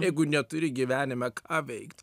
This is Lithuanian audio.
jeigu neturi gyvenime ką veikt